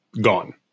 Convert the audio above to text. gone